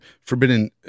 forbidden